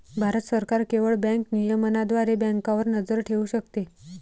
भारत सरकार केवळ बँक नियमनाद्वारे बँकांवर नजर ठेवू शकते